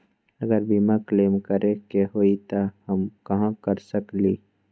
अगर बीमा क्लेम करे के होई त हम कहा कर सकेली?